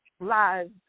live